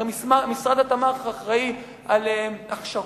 הרי משרד התמ"ת אחראי להכשרות,